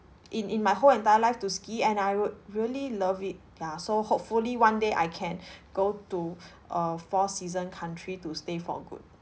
in in my whole entire life to ski and I would really love it ya so hopefully one day I can go to a four season country to stay for good